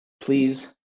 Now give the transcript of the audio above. please